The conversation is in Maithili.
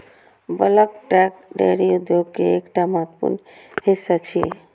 बल्क टैंक डेयरी उद्योग के एकटा महत्वपूर्ण हिस्सा छियै